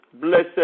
Blessed